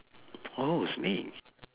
oh a snake